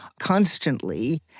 constantly